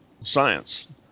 science